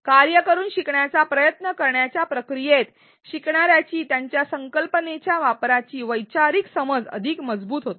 कार्य करून शिकण्याचा प्रयत्न करण्याच्या प्रक्रियेत शिकणार्याची त्यांच्या संकल्पनेच्या वापराची वैचारिक समज अधिक मजबूत होते